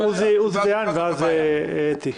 עוזי דיין ואז אתי.